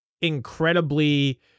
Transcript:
incredibly